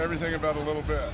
everything about a little bit